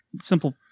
simple